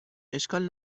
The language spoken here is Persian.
اشکال